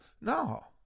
No